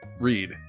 read